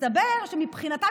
מסתבר שמבחינתם,